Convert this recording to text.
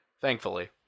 thankfully